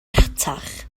rhatach